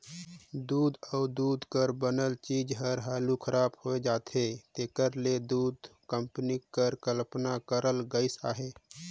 दूद अउ दूद कर बनल चीज हर हालु खराब होए जाथे तेकर ले दूध कंपनी कर कल्पना करल गइस अहे